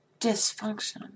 dysfunction